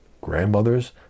grandmothers